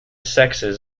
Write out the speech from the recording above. sexes